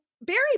Barry